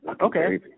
Okay